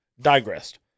digressed